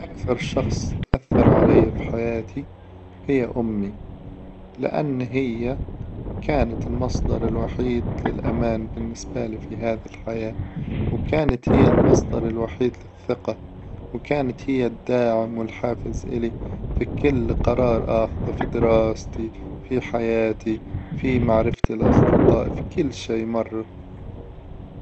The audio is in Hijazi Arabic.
أكثر شخص أثر عليه في حياتي هي أمي، لأن هي كانت المصدر الوحيد للأمان بالنسبة لي في هذي الحياة، وكانت هي المصدر الوحيد للثقة، وكانت هي الداعم والحافز إلي في كل قرار آخذ في دراستي، في حياتي، في معرفة الأصدقاء، في كل شي مرة.